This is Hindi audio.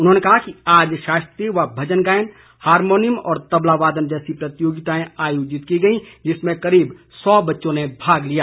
उन्होंने कहा कि आज शास्त्रीय व भजन गायन हारमोनियम और तबला वादन जैसी प्रतियोगिता आयोजित की गई जिसमें करीब सौ बच्चों ने भाग लिया